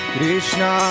Krishna